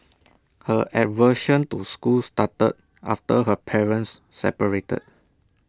her aversion to school started after her parents separated